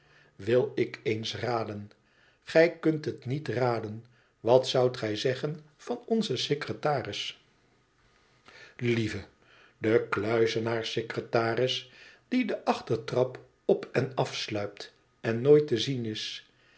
wil ik eens raden igij kunt het niet raden wat zoudt gij zeggen van onzen secretaris lieve de kluizenaar secretaris die de achtertrap op en afsluipt en nooit te zien is